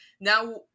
now